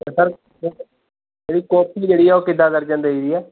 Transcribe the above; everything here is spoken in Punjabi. ਸਰ ਜਿਹੜੀ ਕੌਪੀ ਜਿਹੜੀ ਹੈ ਉਹ ਕਿੱਦਾਂ ਦਰਜਨ ਦੇਈ ਦੀ ਹੈ